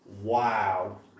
Wow